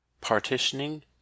partitioning